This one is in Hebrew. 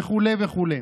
וכו'.